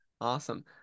Awesome